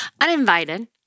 uninvited